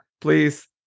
please